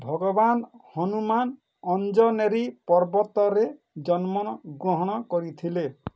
ଭଗବାନ ହନୁମାନ ଅଞ୍ଜନେରୀ ପର୍ବତରେ ଜନ୍ମ ଗ୍ରହଣ କରିଥିଲେ